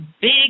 big